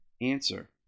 Answer